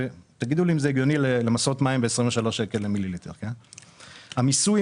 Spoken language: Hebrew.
הוא חלק מקבוצה של מוצרים שקטלו יותר אנשים